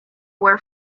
were